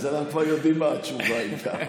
אז אנחנו יודעים כבר מה התשובה, אם כך.